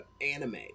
anime